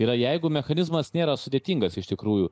yra jeigu mechanizmas nėra sudėtingas iš tikrųjų